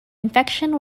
infection